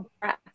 breath